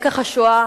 לקח השואה